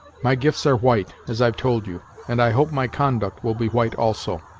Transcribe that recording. my gifts are white, as i've told you and i hope my conduct will be white also.